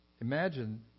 Imagine